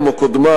כמו קודמיו,